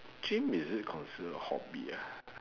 gym is it considered a hobby ah